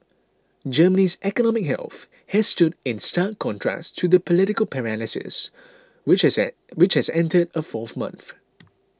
Germany's economic health has stood in stark contrast to the political paralysis which has a which has entered a fourth month